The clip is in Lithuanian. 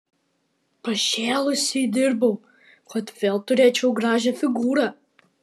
pašėlusiai dirbau kad vėl turėčiau gražią figūrą